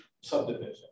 subdivision